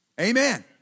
Amen